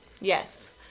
Yes